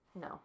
No